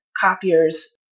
copiers